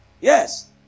Yes